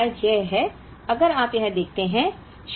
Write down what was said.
कारण शायद यह है अगर आप यह देखते हैं